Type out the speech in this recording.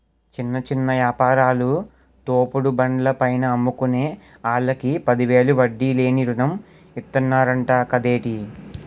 చిన్న చిన్న యాపారాలు, తోపుడు బండ్ల పైన అమ్ముకునే ఆల్లకి పదివేలు వడ్డీ లేని రుణం ఇతన్నరంట కదేటి